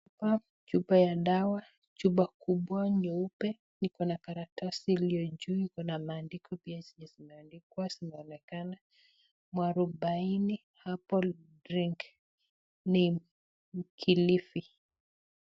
Chupa ya dawa, chupa kubwa yeupe, iko na karatasi iliyo juu, iko na maandiko pia zenye zimeandikwa zinaonekana [Mwarubaini Herbal Drink Neem Kilifi].